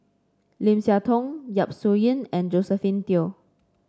Lim Siah Tong Yap Su Yin and Josephine Teo